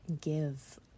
give